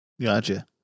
Gotcha